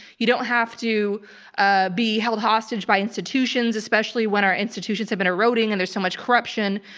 you don't have to ah be held hostage by institutions, especially when our institutions have been eroding, and there's so much corruption.